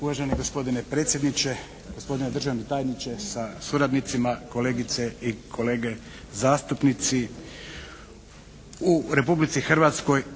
Uvaženi gospodine predsjedniče, gospodine državni tajniče sa suradnicima, kolegice i kolege zastupnici. U Republici Hrvatskoj